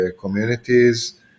communities